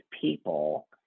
people